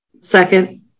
Second